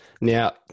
Now